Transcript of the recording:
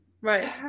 right